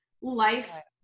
life